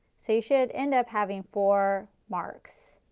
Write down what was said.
so you should end up having four marks,